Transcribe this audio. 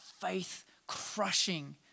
faith-crushing